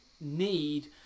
need